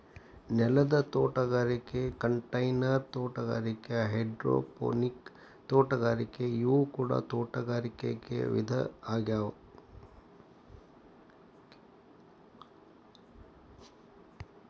ನೆಲದ ತೋಟಗಾರಿಕೆ ಕಂಟೈನರ್ ತೋಟಗಾರಿಕೆ ಹೈಡ್ರೋಪೋನಿಕ್ ತೋಟಗಾರಿಕೆ ಇವು ಕೂಡ ತೋಟಗಾರಿಕೆ ವಿಧ ಆಗ್ಯಾವ